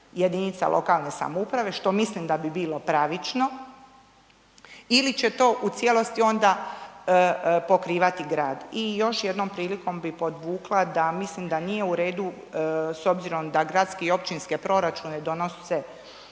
jedinica lokalne samouprave što mislim da bi bilo pravično ili će to u cijelosti onda pokrivati grad. I još jednom prilikom bi podvukla da mislim da nije u redu s obzirom da gradske i općinske proračune donose